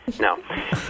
No